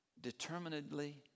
determinedly